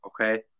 okay